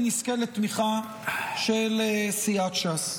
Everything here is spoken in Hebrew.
ונזכה לתמיכה של סיעת ש"ס.